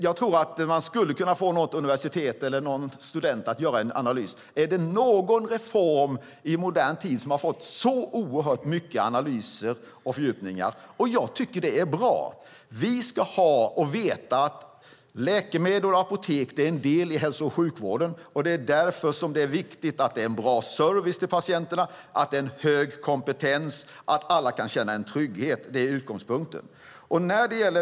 Jag tror att man skulle kunna få något universitet eller någon student att göra en analys. Är det någon reform i modern tid som det har gjorts så oerhört mycket analyser och fördjupningar av? Jag tycker att det är bra. Vi ska veta att läkemedel och apotek är en del i hälso och sjukvården. Det är därför som det är viktigt att det är en bra service till patienterna, att det är en hög kompetens och att alla kan känna en trygghet. Det är utgångspunkten.